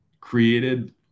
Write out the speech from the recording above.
created